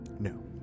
No